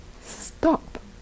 stop